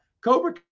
Cobra